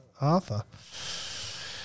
Arthur